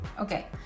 okay